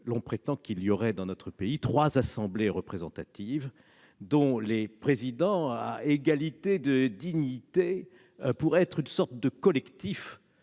l'on prétend qu'il y aurait dans notre pays trois assemblées représentatives, dont les présidents à égalité de dignité pourraient être une sorte de collectif